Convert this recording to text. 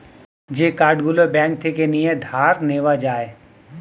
যে কার্ড গুলো ব্যাঙ্ক থেকে নিয়ে ধার নেওয়া যায়